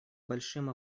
большим